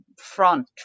front